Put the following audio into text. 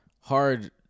hard